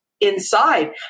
inside